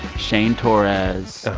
shane torres,